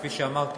כפי שאמרתי,